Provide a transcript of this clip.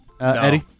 Eddie